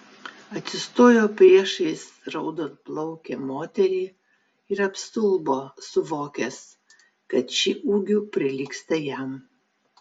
atsistojo priešais raudonplaukę moterį ir apstulbo suvokęs kad ši ūgiu prilygsta jam